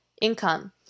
income